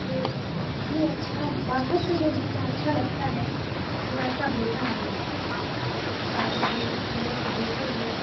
کہ اتنی اچھا باہر سے جو جتنا اچھا لگتا ہے وہ ویسا ہوتا نہیں ہے آپ اس کو جانوگے اس جگہ کو دیکھوگے